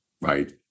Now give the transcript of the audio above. right